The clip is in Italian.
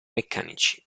meccanici